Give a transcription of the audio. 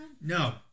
No